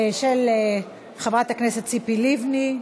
מוצמדת הצעת חוק של חברת הכנסת ציפי לבני.